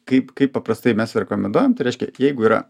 kaip kaip paprastai mes rekomenduojam tai reiškia jeigu yra